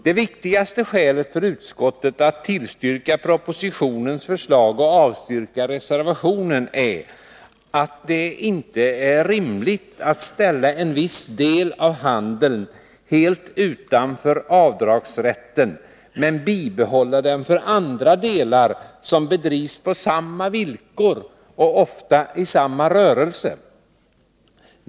Det viktigaste skälet för utskottet att tillstyrka propositionens förslag och avstyrka socialdemokraternas förslag är att det inte är rimligt att ställa en viss del av handeln helt utanför avdragsrätten men bibehålla den för andra delar som bedrivs på samma villkor och ofta i samma rörelse.